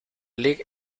league